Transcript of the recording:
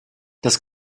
das